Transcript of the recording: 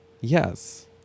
Yes